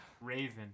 Raven